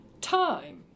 time